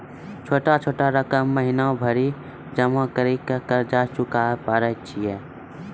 छोटा छोटा रकम महीनवारी जमा करि के कर्जा चुकाबै परए छियै?